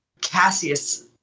Cassius